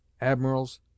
admirals